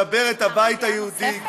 הבית היהודי,